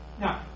Now